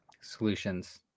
Solutions